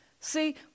See